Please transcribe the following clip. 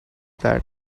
that